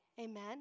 Amen